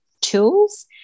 tools